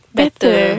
better